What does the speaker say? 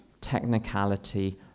technicality